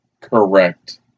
correct